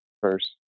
first